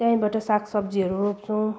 त्यहीँबाट सागसब्जीहरू रोप्छौँ